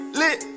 lit